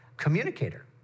communicator